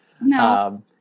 No